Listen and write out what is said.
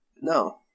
No